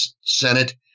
Senate